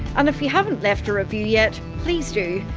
and if you haven't left a review yet, please do.